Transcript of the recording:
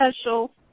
special